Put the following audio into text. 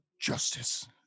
justice